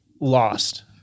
lost